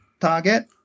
target